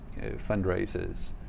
fundraisers